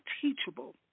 teachable